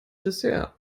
dessert